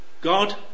God